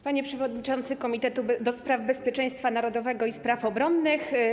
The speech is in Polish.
Panie Przewodniczący komitetu do spraw bezpieczeństwa narodowego i spraw obronnych!